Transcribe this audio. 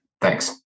Thanks